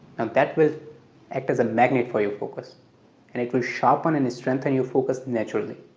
that will act as a magnet for your focus and it will sharpen and strengthen your focus naturally,